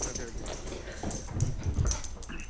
అదే అదే